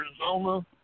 Arizona